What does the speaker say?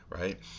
right